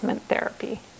therapy